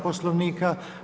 Poslovnika.